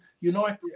United